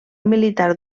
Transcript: militar